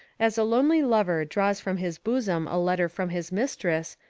as a lonely lover draws from his bosom a letter from his mistress,